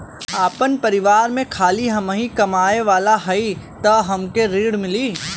आपन परिवार में खाली हमहीं कमाये वाला हई तह हमके ऋण मिली?